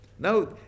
Now